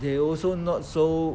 they also not so